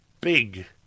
big